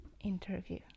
interview